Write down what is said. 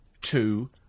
two